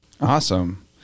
Awesome